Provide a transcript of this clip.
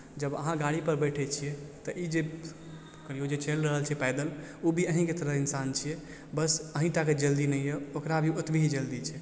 जब अहाँ गाड़ीपर बैठय छियै तऽ ई जे करियौ जे चलि रहल छै पैदल उ भी अहीके तरह इंसान छियै बस अहिंटाके जल्दी नहि यऽ ओकरा भी ओतबिही जल्दी छै